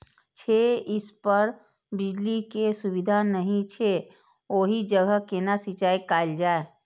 छै इस पर बिजली के सुविधा नहिं छै ओहि जगह केना सिंचाई कायल जाय?